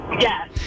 Yes